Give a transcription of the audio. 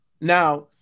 Now